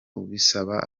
ubisaba